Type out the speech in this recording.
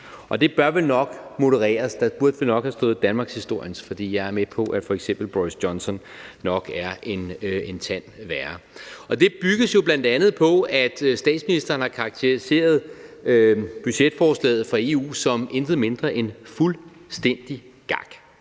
Det bør vel nok modereres. Der burde vel nok have stået danmarkshistoriens, for jeg er med på, at f.eks. Boris Johnson nok er en tand værre. Det bygger bl.a. på, at statsministeren har karakteriseret budgetforslaget for EU som intet mindre end fuldstændig gak.